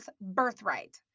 birthright